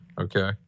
Okay